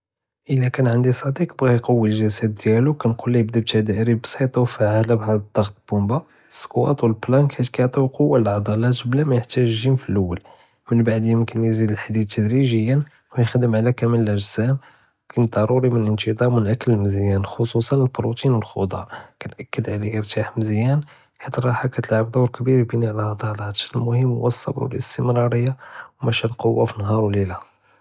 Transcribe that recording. אלא קאן ענדי צדיק בغا יעקווי אלג'סם דיאלוה כנקול ליה בדה ביטדריב בסיטה ו פעאלה בחאל אלדחת אלבומבה אלסקוואד ו אלבלנק חית קיעטו כועה לאלעדלט بلا מאייחתג' ג'ים פלול, מן בעד ימקין יזיד אלחדיד תדריגיא, ו יכדם עלא קומל אלאג'סם, חית דרורי אלאנתזאם ו אלאכל מזיאן, כוסוסאן אלברוטין ו אלחדר, כנקד עליו ירתח מזיאן, חית אלרחה קטעלב דור כביר פי בנאא אלעדלט, אלמחם הוא אלסבר ו אלאסתמרריה, ו משל אלכועה פי נהאר ו לילה.